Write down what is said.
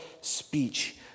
speech